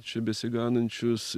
čia besiganančius